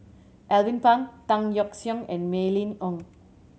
Alvin Pang Tan Yeok Seong and Mylene Ong